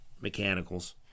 mechanicals